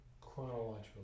Chronological